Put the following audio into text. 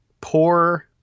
poor